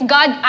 God